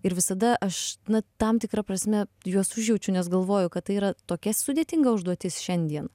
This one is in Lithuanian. ir visada aš na tam tikra prasme juos užjaučiu nes galvoju kad tai yra tokia sudėtinga užduotis šiandien